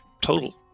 total